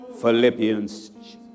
Philippians